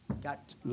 Got